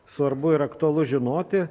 svarbu ir aktualu žinoti